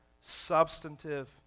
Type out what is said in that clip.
substantive